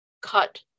cut